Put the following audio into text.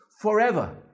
forever